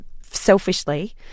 selfishly